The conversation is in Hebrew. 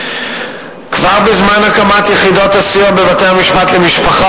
כבר בזמן הקמת יחידות הסיוע בבתי-המשפט לענייני משפחה